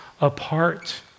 apart